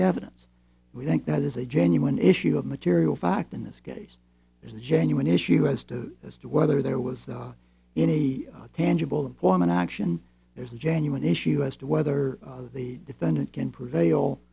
the evidence we think that is a genuine issue of material fact in this case there's a genuine issue as to as to whether there was any tangible employment action there's a genuine issue as to whether the defendant can prevail